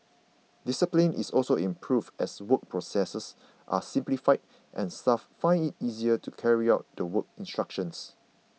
discipline is also improved as work processes are simplified and staff find it easier to carry out the work instructions